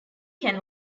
can